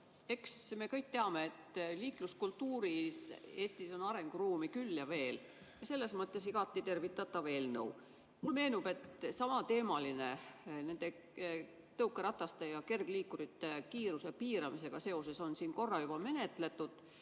Eks me kõik teame, et Eesti liikluskultuuris on arenguruumi küll ja veel. Selles mõttes on see igati tervitatav eelnõu. Mulle meenub, et samateemalist [eelnõu] nende tõukerataste ja kergliikurite kiiruse piiramisega seoses on siin korra juba menetletud,